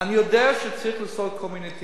אני יודע שצריך לעשות כל מיני תיקונים.